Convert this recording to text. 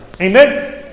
Amen